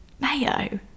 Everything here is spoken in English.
mayo